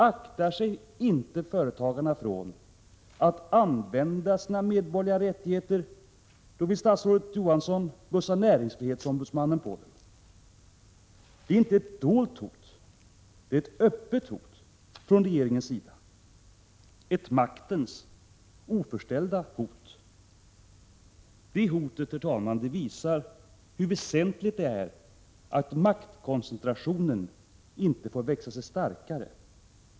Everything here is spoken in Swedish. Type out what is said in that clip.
Aktar sig inte företagarna för att använda sina medborgerliga rättigheter vill statsrådet bussa näringsfrihetsombudsmannen på dem. Det är inte ett dolt hot, utan det är ett öppet hot från regeringens sida — ett maktens oförställda hot. Det hotet, herr talman, visar hur väsentligt det är att maktkoncentrationen inte får växa sig starkare.